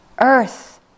earth